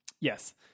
Yes